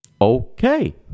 Okay